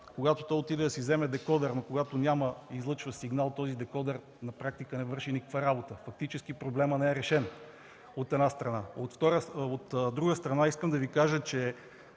когато някой отиде да си вземе декодер, но когато няма излъчван сигнал, този декодер на практика не върши никаква работа. Фактически проблемът не е решен, от една страна. От друга страна, искам да Ви кажа, че